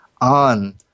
on